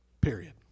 period